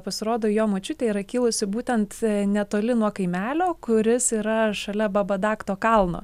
pasirodo jo močiutė yra kilusi būtent netoli nuo kaimelio kuris yra šalia babadakto kalno